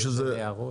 טוב.